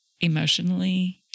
emotionally